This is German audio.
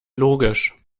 logisch